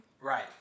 Right